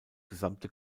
gesamte